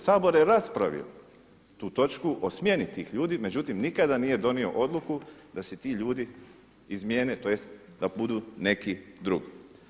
Sabor je raspravio tu točku o smjeni tih ljudi, međutim nikada nije donio odluku da se ti ljudi izmijene, tj. da budu neki drugi.